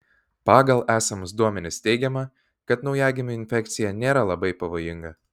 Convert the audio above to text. pagal esamus duomenis teigiama kad naujagimiui infekcija nėra labai pavojinga